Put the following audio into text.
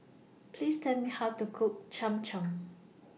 Please Tell Me How to Cook Cham Cham